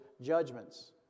judgments